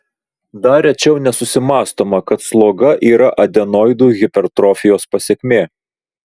dar rečiau nesusimąstoma kad sloga yra adenoidų hipertrofijos pasekmė